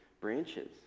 branches